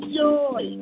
joy